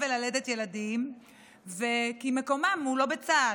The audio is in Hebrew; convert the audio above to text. וללדת ילדים כי מקומן הוא לא בצה"ל,